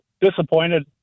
disappointed